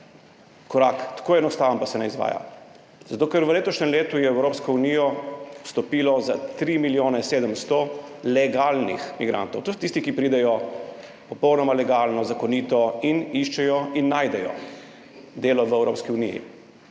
korak tako enostaven, pa se ne izvaja? Zato ker je v letošnjem letu v Evropsko unijo vstopilo za 3 milijone 700 legalnih migrantov. To so tisti, ki pridejo popolnoma legalno, zakonito in iščejo in najdejo delo v Evropski uniji.